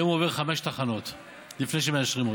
היום עובר חמש תחנות לפני שמאשרים אותו.